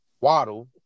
Waddle